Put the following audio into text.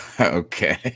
Okay